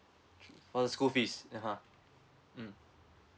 for the school fees (uh huh) mm